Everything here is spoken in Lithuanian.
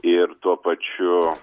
ir tuo pačiu